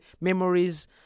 memories